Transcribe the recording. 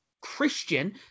Christian